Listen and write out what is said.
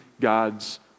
God's